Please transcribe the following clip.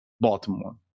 Baltimore